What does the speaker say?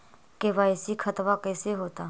KYC खतबा कैसे होता?